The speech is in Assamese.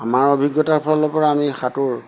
আমাৰ অভিজ্ঞতাৰ ফালৰ পৰা আমি সাঁতোৰ